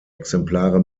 exemplare